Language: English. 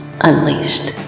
Unleashed